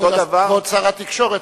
כבוד שר התקשורת,